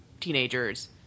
teenagers